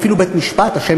מה זה קשור להצעת החוק?